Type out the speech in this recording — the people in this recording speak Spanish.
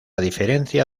diferencia